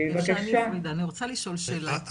יוכי את סיימת?